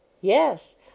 Yes